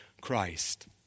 Christ